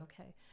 Okay